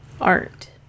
art